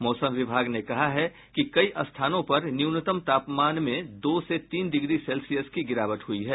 मौसम विभाग ने कहा है कि कई स्थानों पर न्यूनतम तापमान में दो से तीन डिग्री सेल्सियस की गिरावट हुई है